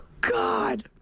God